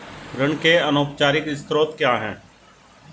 ऋण के अनौपचारिक स्रोत क्या हैं?